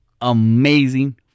Amazing